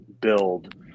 build